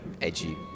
edgy